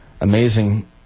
amazing